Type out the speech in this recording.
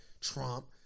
Trump